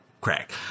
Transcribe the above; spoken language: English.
crack